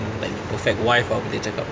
like the perfect wife ah boleh cakap